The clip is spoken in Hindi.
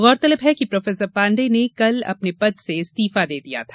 गौरतलब है कि प्रो पांडेय ने कल अपने पद से इस्तीफा दे दिया था